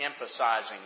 Emphasizing